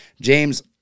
James